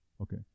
Okay